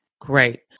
Great